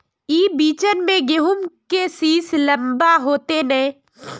ई बिचन में गहुम के सीस लम्बा होते नय?